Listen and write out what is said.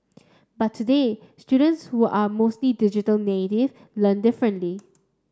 but today students who are mostly digital native learn differently